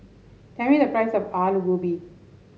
tell me the price of Alu Gobi